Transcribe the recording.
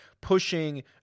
pushing